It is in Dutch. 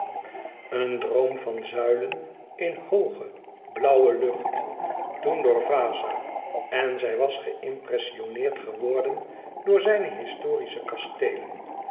een droom van zuilen in hooge blauwe lucht toen door vaza en zij was geïmpressioneerd geworden door zijne historische kasteelen